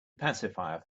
pacifier